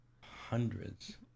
Hundreds